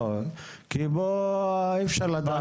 לא, כי פה אי אפשר לדעת שכן.